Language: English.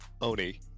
Oni